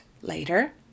later